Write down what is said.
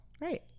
Right